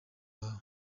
wawe